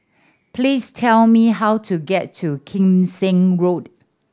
please tell me how to get to Kim Seng Road